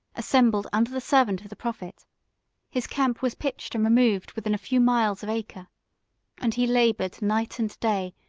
assembled under the servant of the prophet his camp was pitched and removed within a few miles of acre and he labored, night and day,